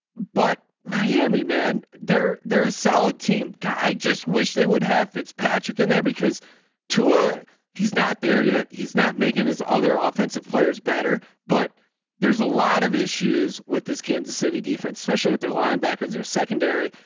but miami man, they're, they're a solid team. god, i just wish they would have fitzpatrick in there because too, ah he's not there yet. he's not making his other offensive players better, but there's a lot of issues with his kansas city defense, especially with their linebackers are secondary.